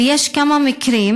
ויש כמה מקרים